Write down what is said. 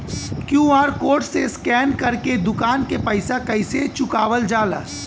QR code से scan कर के दुकान के पैसा कैसे चुकावल जाला?